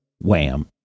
wham